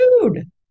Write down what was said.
food